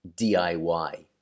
DIY